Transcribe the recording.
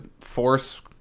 force